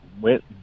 went